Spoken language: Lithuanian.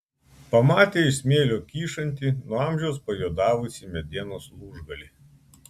pamatė iš smėlio kyšantį nuo amžiaus pajuodavusį medienos lūžgalį